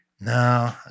No